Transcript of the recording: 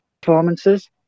performances